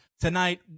tonight